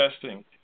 testing